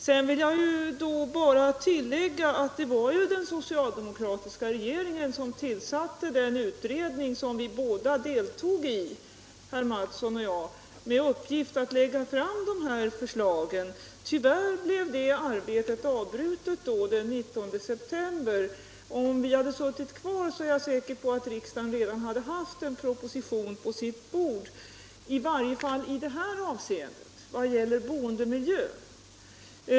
Sedan vill jag bara tillägga att det ju var den socialdemokratiska regeringen som tillsatte den utredning som vi båda deltog i, herr Mattsson och jag, med uppgift att lägga fram dessa förslag. Tyvärr blev det arbetet avbrutet den 19 september. Jag är säker på att om vi hade suttit kvar så hade riksdagen redan haft en proposition på sitt bord, i varje fall i det här avseendet — vad gäller boendemiljön.